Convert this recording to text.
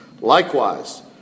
Likewise